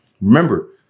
Remember